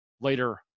later